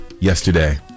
yesterday